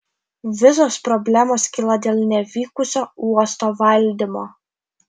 visos problemos kyla dėl nevykusio uosto valdymo